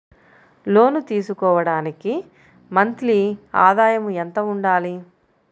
లోను తీసుకోవడానికి మంత్లీ ఆదాయము ఎంత ఉండాలి?